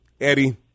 Eddie